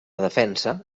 defensa